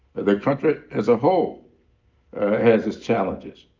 the country as a whole has its challenges.